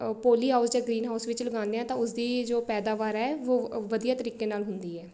ਪੋਲੀ house ਜਾਂ green house ਵਿੱਚ ਲਗਾਉਂਦੇ ਹਾਂ ਤਾਂ ਉਸਦੀ ਜੋ ਪੈਦਾਵਾਰ ਹੈ ਉਹ ਵਧੀਆ ਤਰੀਕੇ ਨਾਲ ਹੁੰਦੀ ਹੈ